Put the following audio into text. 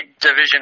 Division